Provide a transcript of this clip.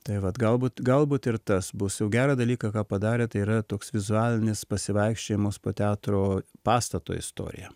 tai vat galbūt galbūt ir tas bus jau gerą dalyką ką padarė tai yra toks vizualinis pasivaikščiojimas po teatro pastato istoriją